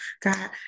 God